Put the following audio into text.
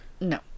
No